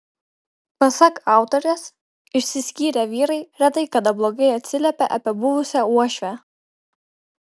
pasak autorės išsiskyrę vyrai retai kada blogai atsiliepia apie buvusią uošvę